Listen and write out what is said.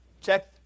check